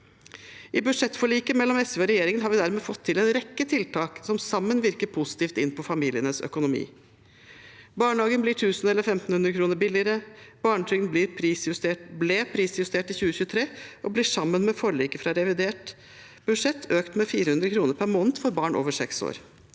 I budsjettforliket mellom SV og regjeringen har vi dermed fått til en rekke tiltak som sammen virker positivt inn på familienes økonomi. Barnehagen blir 1 000 eller 1 500 kr billigere. Barnetrygden ble prisjustert i 2023 og blir med forliket fra revidert budsjett økt med 400 kr per måned for barn over seks år.